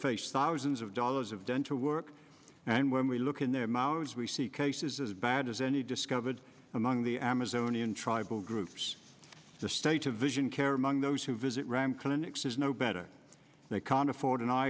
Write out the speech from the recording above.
face thousands of dollars of dental work and when we look in their mouths we see cases as bad as any discovered among the amazonian tribal groups the state of vision care among those who visit ran clinics is no better they can't afford an eye